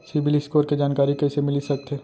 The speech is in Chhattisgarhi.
सिबील स्कोर के जानकारी कइसे मिलिस सकथे?